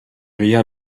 reha